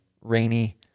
rainy